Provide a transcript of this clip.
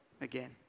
again